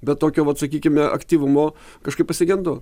bet tokio vat sakykime aktyvumo kažkaip pasigendu